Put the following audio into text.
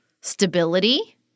stability